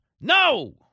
No